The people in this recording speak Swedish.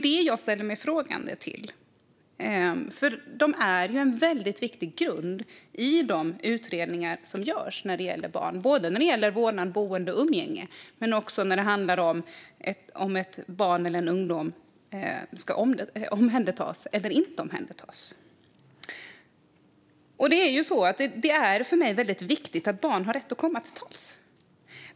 Detta ställer jag mig frågande till, för dessa samtal är ju en väldigt viktig grund i de utredningar som görs när det gäller barn, både när det gäller vårdnad, boende och umgänge och när det handlar om att ett barn eller en ungdom ska omhändertas eller inte. Barns rätt att komma till tals är för mig väldigt viktig.